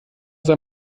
sei